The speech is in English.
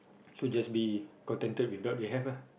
so just be contented with what you have have lah